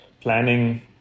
planning